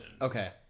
Okay